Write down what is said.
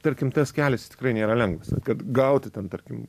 tarkim tas kelias jis tikrai nėra lengvas kad gauti ten tarkim